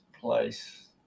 place